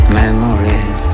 memories